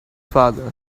father